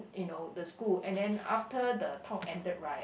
you know the school and then after the talk ended right